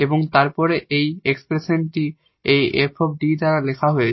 এবং তারপরে এখানে এই এক্সপ্রেসনটি এই 𝑓 𝐷 দ্বারা লেখা হয়েছে